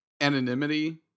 anonymity